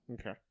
Okay